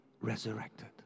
resurrected